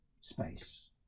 space